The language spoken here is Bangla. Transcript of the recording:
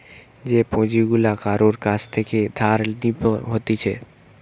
যে পুঁজি গুলা কারুর কাছ থেকে ধার নেব হতিছে